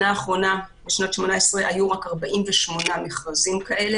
בשנת 2019 היו רק 48 מכרזים כאלה,